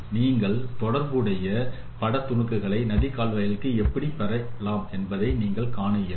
நீங்கள் தொடர்புடைய பட துணுக்குகளை நதி கால்வாய்க்கு எப்படி பெறலாம் என்பதை நீங்கள் காண இயலும்